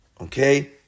okay